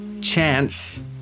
Chance